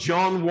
John